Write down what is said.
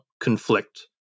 conflict